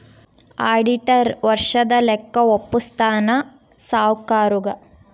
auditor ವರ್ಷದ ಲೆಕ್ಕ ವಪ್ಪುಸ್ತಾನ ಸಾವ್ಕರುಗಾ